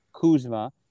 Kuzma